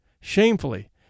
Shamefully